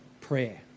prayer